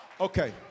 Okay